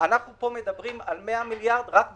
אנחנו פה מדברים על 100 מיליארד רק באקוויטי.